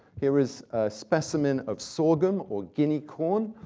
here is a specimen of sorghum or guinea corn,